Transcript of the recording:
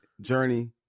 journey